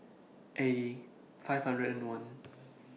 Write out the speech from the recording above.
eighty five Zero one